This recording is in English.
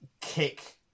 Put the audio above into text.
kick